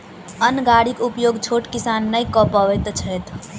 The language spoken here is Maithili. अन्न गाड़ीक उपयोग छोट किसान नै कअ पबैत छैथ